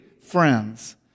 friends